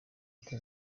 gute